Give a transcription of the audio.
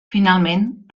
finalment